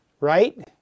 Right